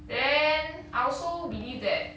then I also believe that